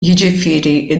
jiġifieri